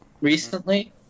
recently